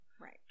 Right